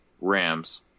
Rams